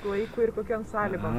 laikui ir kokiom sąlygom